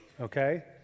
okay